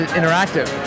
Interactive